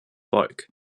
volk